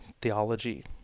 theology